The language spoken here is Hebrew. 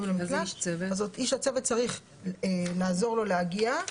למקלט ולכן איש הצוות צריך לעזור לו להגיע.